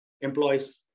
employees